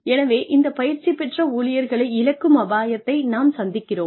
எனவே இந்த பயிற்சி பெற்ற ஊழியர்களை இழக்கும் அபாயத்தை நாம் சந்திக்கிறோம்